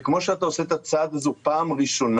זה כמו שאתה עושה את הצעד הזה פעם ראשונה,